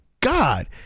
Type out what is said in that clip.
god